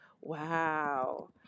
Wow